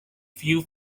few